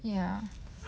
ya